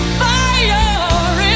fire